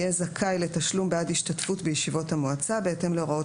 יהיה זכאי לתשלום בעד השתתפות בישיבות המועצה בהתאם להוראות